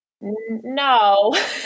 no